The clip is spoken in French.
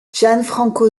gianfranco